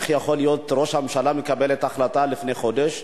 איך יכול להיות שהממשלה מקבלת החלטה לפני חודש